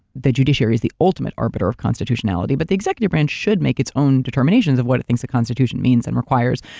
the judiciary is the ultimate arbiter of constitutionality but the executive branch should make its own determinations of it thinks the constitution means and requires.